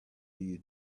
you